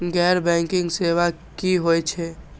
गैर बैंकिंग सेवा की होय छेय?